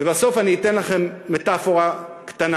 לבסוף אני אתן לכם מטפורה קטנה.